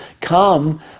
come